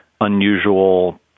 unusual